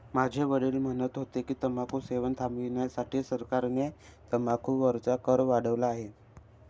माझे वडील म्हणत होते की, तंबाखू सेवन थांबविण्यासाठी सरकारने तंबाखू वरचा कर वाढवला आहे